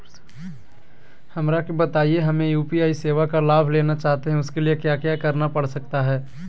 हमरा के बताइए हमें यू.पी.आई सेवा का लाभ लेना चाहते हैं उसके लिए क्या क्या करना पड़ सकता है?